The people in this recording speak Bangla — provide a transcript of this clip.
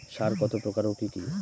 সার কত প্রকার ও কি কি?